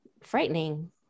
frightening